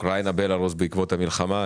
אוקראינה ובלארוס בעקבות המלחמה,